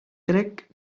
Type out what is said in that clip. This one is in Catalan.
crec